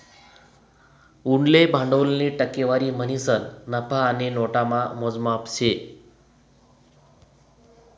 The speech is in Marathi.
उनले भांडवलनी टक्केवारी म्हणीसन नफा आणि नोटामा मोजमाप शे